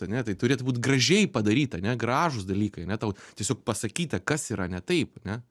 ane tai turėtų būt gražiai padaryta ane gražūs dalykai ane tau tiesiog pasakyta kas yra ne taip ane